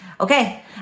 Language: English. Okay